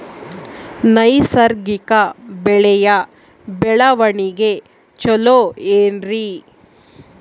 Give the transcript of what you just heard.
ನೈಸರ್ಗಿಕ ಬೆಳೆಯ ಬೆಳವಣಿಗೆ ಚೊಲೊ ಏನ್ರಿ?